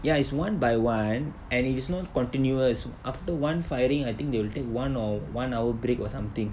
ya is one by one and it is not continuous after one firing I think they will take one or one hour break or something